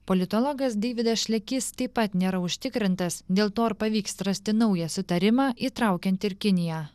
politologas deividas šlekys taip pat nėra užtikrintas dėl to ar pavyks rasti naują sutarimą įtraukiant ir kiniją